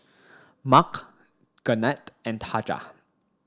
Mark Garnet and Taja